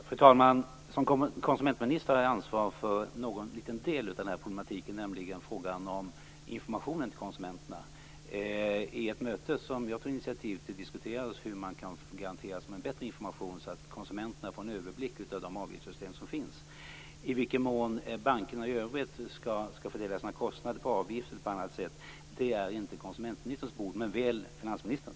Fru talman! Som konsumentminister har jag ansvar för en liten del av den här problematiken, nämligen frågan om informationen till konsumenterna. Vid ett möte, som jag tog initiativ till, diskuterades hur man kan garanteras en bättre information så att konsumenterna kan få en överblick av de avgiftssystem som finns. I vilken mån bankerna skall fördela sina kostnader på avgifter eller på annat sätt är inte konsumentministerns bord men väl finansministerns.